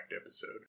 episode